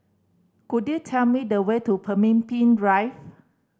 could you tell me the way to Pemimpin Drive